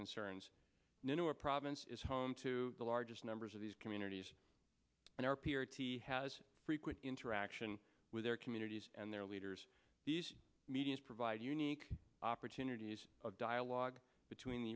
concerns in a province is home to the largest numbers of these communities and our peers has frequent interaction with their communities and their leaders these meetings provide unique opportunities of dialogue between the